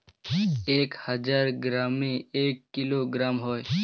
এক হাজার গ্রামে এক কিলোগ্রাম হয়